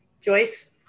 Joyce